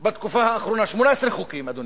בתקופה האחרונה 18 חוקים, אדוני.